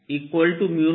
r R